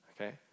okay